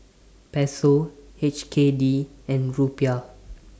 Peso H K D and Rupiah